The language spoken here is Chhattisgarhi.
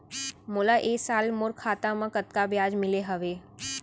मोला ए साल मोर खाता म कतका ब्याज मिले हवये?